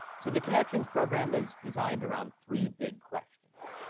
so the connections program is designed around three big questions.